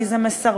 כי זה מסרבל,